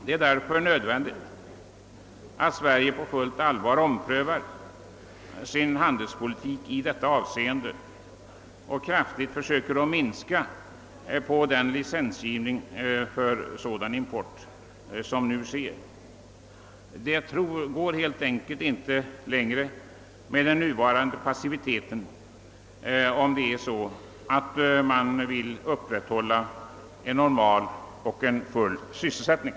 Det är därför nödvändigt att Sverige på fullt allvar omprövar sin handelspolitik i detta avseende och kraftigt försöker minska på den licensgivning för sådan import som nu sker. Det går helt enkelt inte längre med nuvarande passivitet, om man vill upprätthålla en normal och full syselsättning.